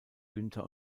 günter